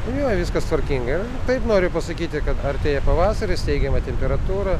jo viskas tvarkinga yra taip noriu pasakyti kad artėja pavasaris teigiama temperatūra